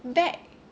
mm bag